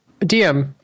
DM